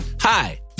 Hi